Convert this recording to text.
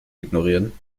ignorieren